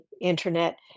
internet